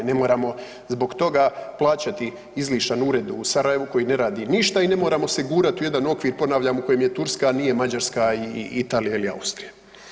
Ne moramo zbog toga plaćati izlišan ured u Sarajevu koji ne radi ništa i ne moramo se gurati u jedan okvir, ponavljam, u kojem je Turska, a nije Mađarska i Italija ili Austrija.